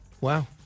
Wow